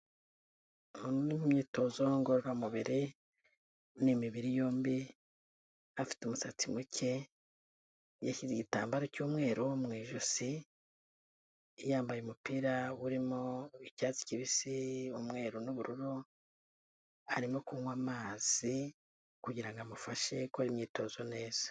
Umuntu uri mu myitozo ngororamubiri, n' imibiri yombi afite umusatsi muke yashyize igitambaro cy'umweru mu ijosi, yambaye umupira urimo icyatsi kibisi umwe n'ubururu, arimo kunywa amazi kugira ngo amufashe gukora imyitozo neza.